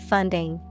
Funding